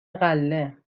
غله